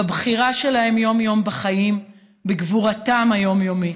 בבחירה שלהם יום-יום בחיים, בגבורתם היומיומית.